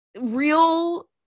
real